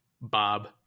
Bob